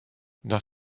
das